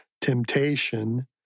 temptation